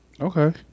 Okay